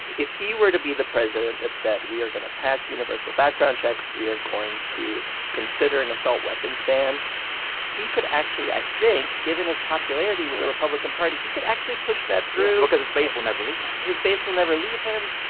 if he were to be the president that said, we are going to pass universal background checks we are going to consider an assault weapons ban he could actually, i think given his popularity with the republican party, he could actually push that through because his base will never leave him his base will never leave him.